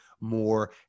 more